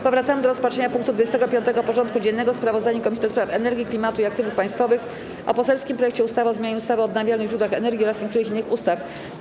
Powracamy do rozpatrzenia punktu 25. porządku dziennego: Sprawozdanie Komisji do Spraw Energii, Klimatu i Aktywów Państwowych o poselskim projekcie ustawy o zmianie ustawy o odnawialnych źródłach energii oraz niektórych innych ustaw.